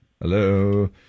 Hello